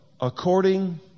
According